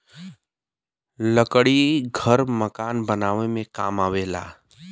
लकड़ी घर मकान बनावे में काम आवेला